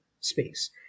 space